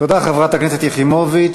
תודה, חברת הכנסת יחימוביץ.